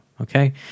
okay